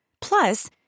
Plus